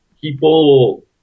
people